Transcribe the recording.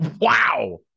Wow